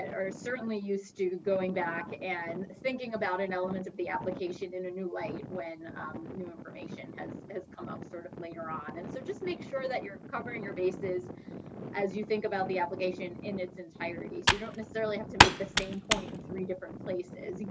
and are certainly used to going back and thinking about an element of the application in a new light when new information has has come up sort of later on. and so, just make sure that you're covering your bases as you think about the application in its entirety. so you don't necessarily have to make the same point in three different places.